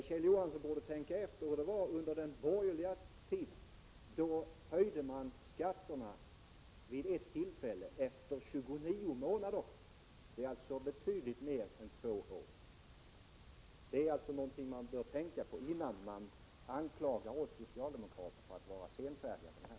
Kjell Johansson borde tänka efter hur det var under den borgerliga tiden, då man vid ett tillfälle höjde skatterna 29 månader efter det förra tillfället. Det är alltså betydligt mer än två år. Det är något man bör tänka på innan man anklagar oss socialdemokrater för att vara senfärdiga på den här punkten.